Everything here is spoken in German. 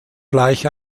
gleich